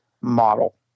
model